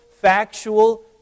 factual